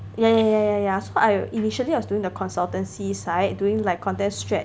yeah yeah yeah so I initially I was doing the consultancy side doing like content strat